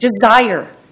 desire